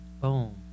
Boom